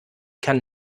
kann